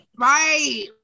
Right